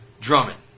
Drummond